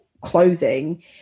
clothing